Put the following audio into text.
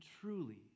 truly